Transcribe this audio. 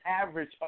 average